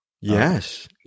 Yes